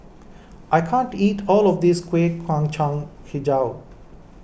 I can't eat all of this Kueh Kacang HiJau